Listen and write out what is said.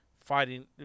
fighting